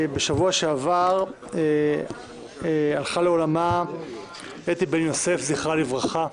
בשבוע שעבר הלכה לעולמה אתי בן יוסף זכרה לברכה.